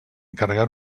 carregar